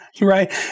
right